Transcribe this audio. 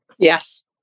yes